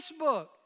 Facebook